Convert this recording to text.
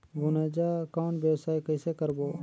गुनजा कौन व्यवसाय कइसे करबो?